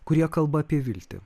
kurie kalba apie viltį